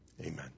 Amen